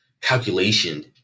calculation